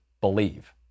believe